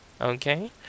Okay